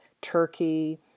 Turkey